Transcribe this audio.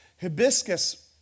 hibiscus